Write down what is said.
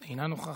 אינה נוכחת.